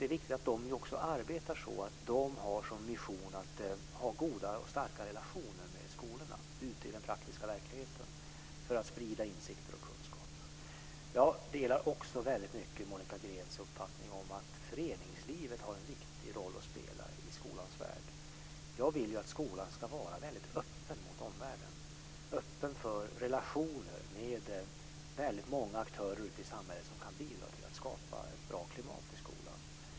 Det är viktigt att de arbetar så att de har som mission att ha goda och starka relationer med skolorna ute i den praktiska verkligheten för att sprida insikter och kunskap. Jag delar också väldigt mycket Monica Greens uppfattning om att föreningslivet har en viktig roll att spela i skolans värld. Jag vill att skolan ska vara öppen mot omvärlden och för relationer med många aktörer i samhället som kan bidra till att skapa ett bra klimat i skolan.